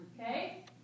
Okay